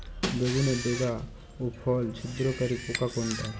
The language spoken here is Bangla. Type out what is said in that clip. বেগুনের ডগা ও ফল ছিদ্রকারী পোকা কোনটা?